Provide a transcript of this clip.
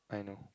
I know